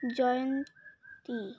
জয়ন্তী